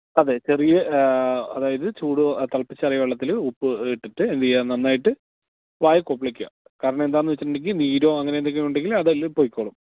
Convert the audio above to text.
അതെ ചെറിയ അതായത് ചൂട് തിളപ്പിച്ചാറിയ വെള്ളത്തില് ഉപ്പിട്ടിട്ട് എന്തുചെയ്യുക നന്നായിട്ട് വായ കുപ്ലിക്കുക കാരണമെന്താണെന്ന് വെച്ചിട്ടുണ്ടെങ്കില് നീരോ അങ്ങനെയെന്തെങ്കിലും ഉണ്ടെങ്കില് അതെല്ലാം പോയ്ക്കോളും